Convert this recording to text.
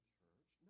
church